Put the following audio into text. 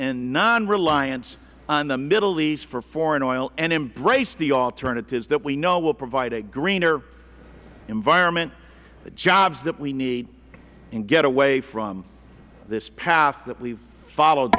and nonreliance on the middle east for foreign oil and embrace the alternatives that we know will provide a greener environment the jobs that we need and get away from this path that we have followed